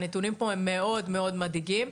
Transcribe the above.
הנתונים פה הם מאוד מאוד מדאיגים.